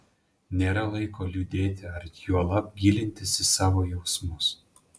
nėra laiko liūdėti ar juolab gilintis į savo jausmus